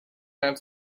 have